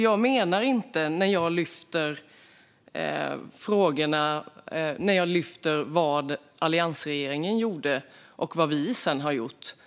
Jag har lyft upp vad alliansregeringen gjorde och vad vi sedan har gjort.